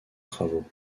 travaux